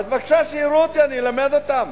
אז בבקשה, שיראו אותי, אני אלמד אותם.